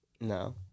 No